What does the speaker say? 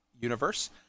universe